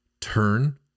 turn